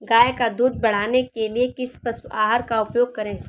गाय का दूध बढ़ाने के लिए किस पशु आहार का उपयोग करें?